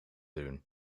doen